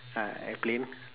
ah airplane